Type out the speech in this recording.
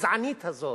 הגזענית הזאת,